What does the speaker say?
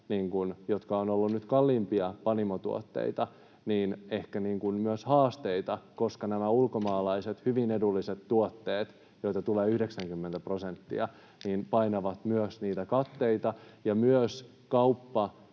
jotka ovat olleet nyt kalliimpia panimotuotteita, ehkä myös haasteita, koska nämä ulkomaalaiset, hyvin edulliset tuotteet, joita tulee 90 prosenttia, painavat myös katteita ja myös kauppa